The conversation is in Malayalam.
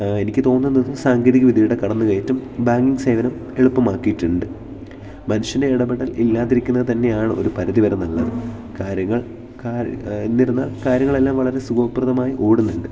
എനിക്ക് തോന്നുന്നത് സാങ്കേതിക വിദ്യയുടെ കടന്നുകയറ്റം ബാങ്ക് സേവനം എളുപ്പമാക്കിയിട്ടുണ്ട് മനുഷ്യൻ്റെ ഇടപെടൽ ഇല്ലാതിരിക്കുന്നത് തന്നെയാണ് ഒരു പരിധി വരെ നല്ലത് കാര്യങ്ങൾ എന്നിരുന്നാൽ കാര്യങ്ങൾ എല്ലാം വളരെ സുഖപ്രദമായി ഓടുന്നുണ്ട്